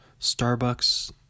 Starbucks